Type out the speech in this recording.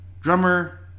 Drummer